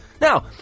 Now